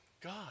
God